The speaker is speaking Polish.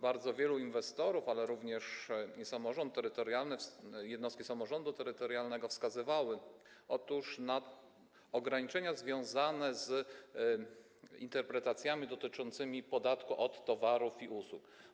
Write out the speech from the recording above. Bardzo wielu inwestorów, ale również samorząd terytorialny, jednostki samorządu terytorialnego, wskazywało na ograniczenia związane z interpretacjami dotyczącymi podatku od towarów i usług.